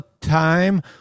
time